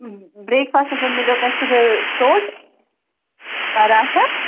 brake فاسٹِس مَنٛز مِلیو تۄہہِ صبحے ژوٛٹ پراٹھٕ